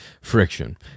Friction